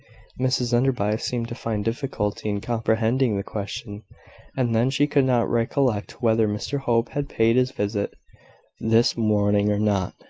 mrs enderby seemed to find difficulty in comprehending the question and then she could not recollect whether mr hope had paid his visit this morning or not.